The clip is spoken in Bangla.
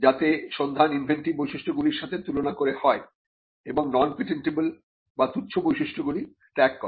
যাতে সন্ধান ইনভেন্টিভ বৈশিষ্ট্যগুলির সাথে তুলনা করে হয় এবং নন পেটেন্টবল বা তুচ্ছ বৈশিষ্ট্যগুলি ত্যাগ করে